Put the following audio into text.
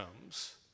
comes